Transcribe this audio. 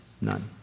None